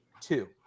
two